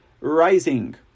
rising